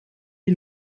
die